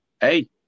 hey